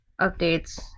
updates